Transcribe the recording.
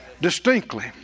Distinctly